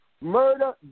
murder